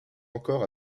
encore